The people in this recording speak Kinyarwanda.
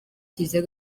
kiliziya